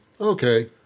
Okay